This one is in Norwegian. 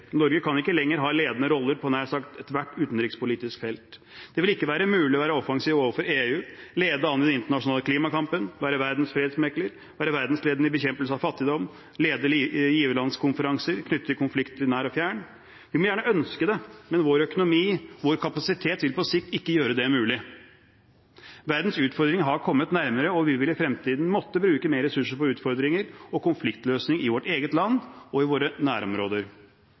Norge kan ikke lenger ha ledende roller på nær sagt ethvert utenrikspolitisk felt. Det vil ikke være mulig både å være offensiv overfor EU, lede an i den internasjonale klimakampen, være verdens fredsmegler, være verdensledende i bekjempelse av fattigdom og lede giverlandskonferanser knyttet til konflikter nært og fjernt. Vi må gjerne ønske det, men vår økonomi og vår kapasitet vil på sikt ikke gjøre det mulig. Verdens utfordringer har kommet nærmere, og vi vil i fremtiden måtte bruke mer ressurser på utfordringer og konfliktløsning i vårt eget land og i våre nærområder.